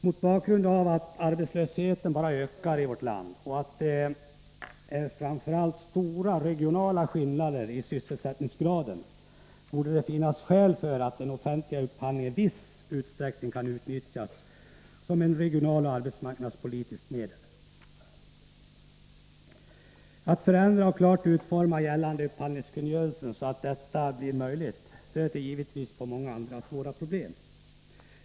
Mot bakgrund av att arbetslösheten bara ökar i vårt land och att det är stora regionala skillnader när det gäller sysselsättningsgraden, borde det finnas skäl för att den offentliga upphandlingen i viss utsträckning kan utnyttjas som ett regionaloch arbetsmarknadspolitiskt medel. Att förändra och klart utforma gällande upphandlingskungörelse så att detta blir möjligt stöter givetvis på många andra svåra problem.